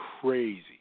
crazy